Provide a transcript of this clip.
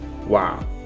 Wow